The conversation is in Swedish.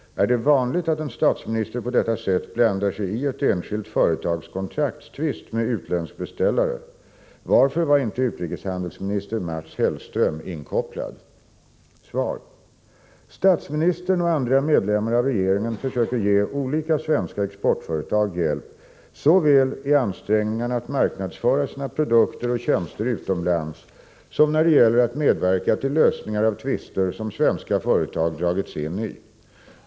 Är det vanligt att en statsminister på detta sätt blandar sig i ett enskilt företags kontraktstvist med utländsk beställare? Varför var inte utrikeshandelsminister Mats Hellström inkopplad? Svar: Statsministern och andra medlemmar av regeringen försöker ge olika svenska exportföretag hjälp såväl i ansträngningarna att marknadsföra sina produkter och tjänster utomlands som när det gäller att medverka till lösningar av tvister som svenska företag dragits in i.